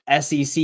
sec